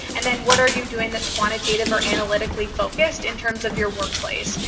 and then what are you doing that's quantitative or analytically focused in terms of your workplace?